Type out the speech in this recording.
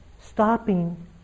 stopping